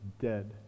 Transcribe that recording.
dead